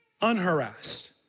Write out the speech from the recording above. unharassed